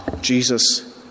Jesus